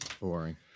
Boring